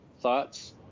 thoughts